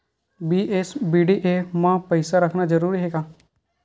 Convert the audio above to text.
BSBDA मा पईसा रखना जरूरी हे का?